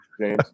James